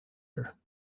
her